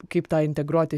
kaip tą integruoti